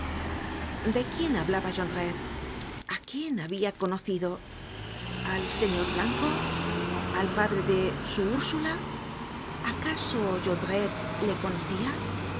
de quién hablaba jondrette a quién habia conocido al señor blanco al padre de isu ursula acaso jondrette le conocia